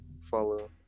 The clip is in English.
Follow